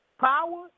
Power